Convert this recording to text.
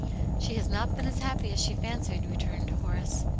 she has not been as happy as she fancied, re turned horace.